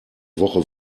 woche